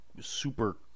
super